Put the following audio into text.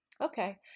Okay